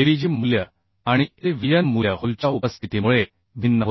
avg मूल्य आणि avn मूल्य होलच्या उपस्थितीमुळे भिन्न होते